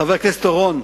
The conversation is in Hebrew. חבר הכנסת אורון,